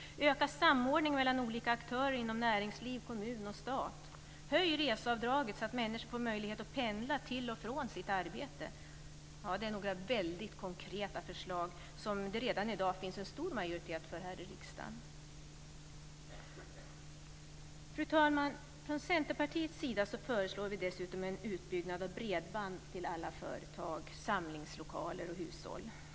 Öka samordningen mellan olika aktörer inom näringsliv, kommun och stat! Höj reseavdraget så att människor får möjlighet att pendla till och från sitt arbete! Det är några väldigt konkreta förslag som det redan i dag finns en stor majoritet för i riksdagen. Fru talman! Från Centerpartiets sida föreslår vi dessutom en utbyggnad av bredband till alla företag, samlingslokaler och hushåll.